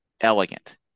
elegant